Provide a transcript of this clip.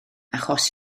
achos